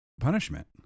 punishment